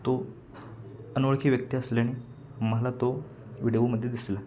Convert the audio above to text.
तो अनोळखी व्यक्ती असल्याने मला तो विडिओमध्ये दिसला